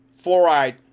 fluoride